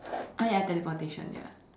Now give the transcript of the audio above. ah ya teleportation ya